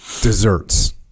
desserts